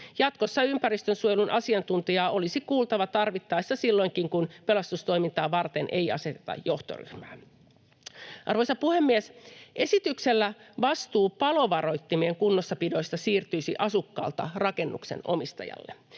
jatkossa ympäristönsuojelun asiantuntijaa olisi kuultava tarvittaessa silloinkin, kun pelastustoimintaa varten ei aseteta johtoryhmää. Arvoisa puhemies! Esityksellä vastuu palovaroittimien kunnossapidosta siirtyisi asukkaalta rakennuksen omistajalle.